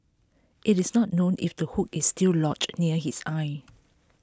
IT is not known if the hook is still lodged near his eye